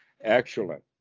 Excellent